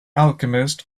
alchemist